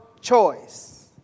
choice